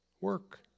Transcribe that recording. work